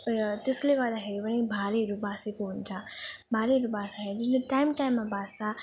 त्यसले गर्दाखेरि पनि भालेहरू बासेको हुन्छ भालेहरू बास्दाखेरि जुन चाहिँ टाइम टाइममा बास्दछ